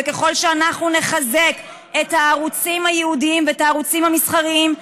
וככל שאנחנו נחזק את הערוצים הייעודיים ואת הערוצים המסחריים,